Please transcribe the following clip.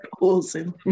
awesome